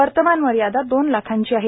वर्तमान मर्यादा दोन लाखांची आहे